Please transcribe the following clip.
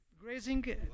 Grazing